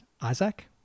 Isaac